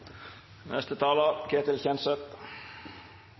Neste taler